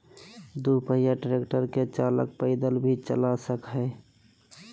दू पहिया ट्रेक्टर के चालक पैदल भी चला सक हई